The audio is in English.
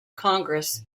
congress